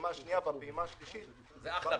השניה והשלישית --- זה אחלה.